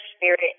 spirit